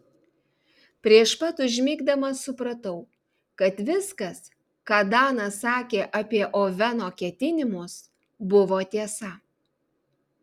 prieš pat užmigdamas supratau kad viskas ką danas sakė apie oveno ketinimus buvo tiesa